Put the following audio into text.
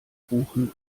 buchen